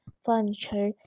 furniture